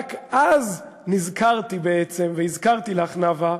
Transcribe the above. רק אז נזכרתי, בעצם, והזכרתי לך, נאוה,